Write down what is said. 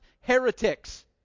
heretics